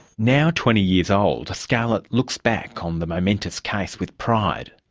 now twenty years old, scarlett looks back on the momentous case with pride.